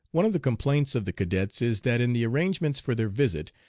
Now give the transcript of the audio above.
one of the complaints of the cadets is that in the arrangements for their visit,